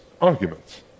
arguments